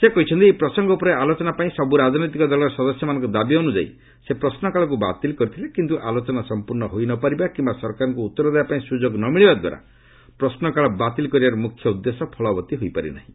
ସେ କହିଛନ୍ତି ଏହି ପ୍ରସଙ୍ଗ ଉପରେ ଆଲୋଚନା ପାଇଁ ସବୁ ରାଜନୈତିକ ଦଳର ସଦସ୍ୟମାନଙ୍କ ଦାବି ଅନୁଯାୟୀ ସେ ପ୍ରଶ୍ରକାଳକୁ ବାତିଲ କରିଥିଲେ କିନ୍ତୁ ଆଲୋଚନା ସମ୍ପର୍ଣ୍ଣ ହୋଇ ନ ପାରିବା କିମ୍ବା ସରକାରଙ୍କୁ ଉତ୍ତର ଦେବା ପାଇଁ ସୁଯୋଗ ନ ମିଳିବା ଦ୍ୱାରା ପ୍ରଶ୍ୱକାଳ ବାତିଲ କରିବାର ମୁଖ୍ୟ ଉଦ୍ଦେଶ୍ୟ ଫଳବତୀ ହୋଇପାରି ନାହିଁ